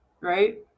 right